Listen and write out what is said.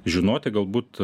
žinoti galbūt